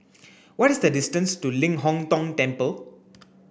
what is the distance to Ling Hong Tong Temple